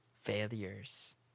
failures